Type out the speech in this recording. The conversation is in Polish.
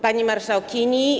Pani Marszałkini!